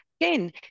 again